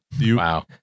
Wow